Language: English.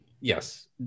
Yes